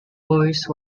voice